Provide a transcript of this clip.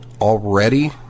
already